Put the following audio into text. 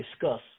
discuss